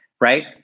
right